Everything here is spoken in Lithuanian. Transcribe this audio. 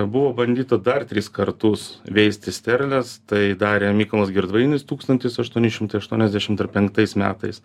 buvo bandyta dar tris kartus veisti sterles tai darė mykolas girdvainis tūkstantis aštuoni šimtai aštuoniasdešim ar penktais metais